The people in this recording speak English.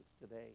today